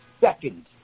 seconds